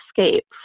escape